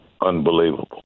unbelievable